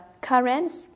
currents